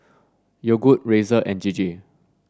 Yogood Razer and J J